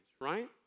right